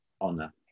honor